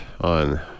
on